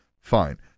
fine